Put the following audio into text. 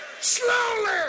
Slowly